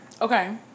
Okay